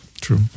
True